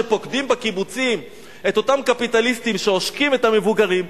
שפוקדים בקיבוצים את אותם קפיטליסטים שעושקים את המבוגרים,